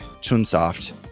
chunsoft